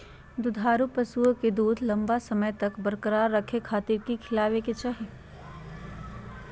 दुधारू पशुओं के दूध लंबा समय तक बरकरार रखे खातिर की खिलावे के चाही?